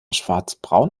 schwarzbraun